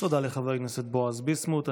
תודה לחבר הכנסת בועז ביסמוט.